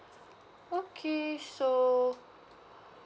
okay so